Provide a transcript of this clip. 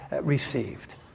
received